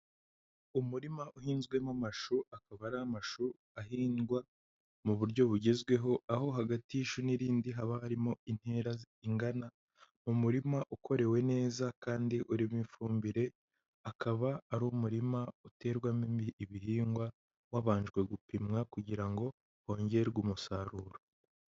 Umurima uhinzwemo amashu. Akaba ari amashu ahingwa mu buryo bugezweho. Aho hagati y'ishu n'irindi haba harimo intera ingana mu murima ukorewe neza kandi urimo ifumbire. Akaba ari umurima uterwamo ibihingwa wabanje gupimwa kugira ngo hongerwe umusaruro.